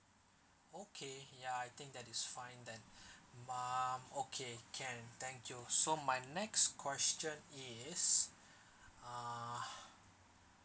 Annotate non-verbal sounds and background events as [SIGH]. okay ya I think that is fine then [BREATH] um okay can thank you so my next question is uh